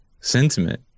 sentiment